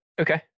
Okay